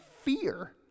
fear